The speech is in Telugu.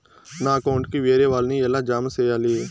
నా అకౌంట్ కు వేరే వాళ్ళ ని ఎలా జామ సేయాలి?